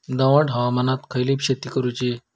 दमट हवामानात खयली शेती करूची?